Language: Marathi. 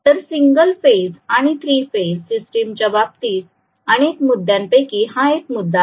तर सिंगल फेज आणि थ्री फेज सिस्टिम्सच्या बाबतीत अनेक मुद्यांपैकी हा एक मुद्दा आहे